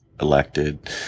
elected